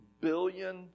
billion